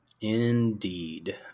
Indeed